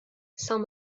saint